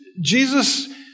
Jesus